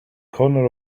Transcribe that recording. corner